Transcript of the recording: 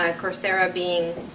ah coursera being